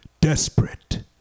desperate